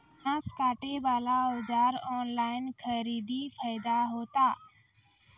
घास काटे बला औजार ऑनलाइन खरीदी फायदा होता?